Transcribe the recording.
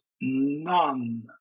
none